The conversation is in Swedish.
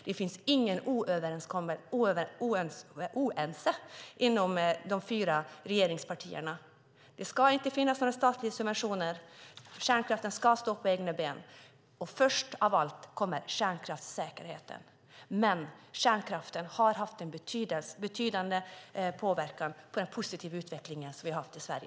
Det finns ingen oenighet inom de fyra regeringspartierna. Det ska inte finnas några statliga subventioner. Kärnkraften ska stå på egna ben. Först av allt kommer kärnkraftssäkerheten, men kärnkraften har haft en betydande påverkan på den positiva utveckling som vi har haft i Sverige.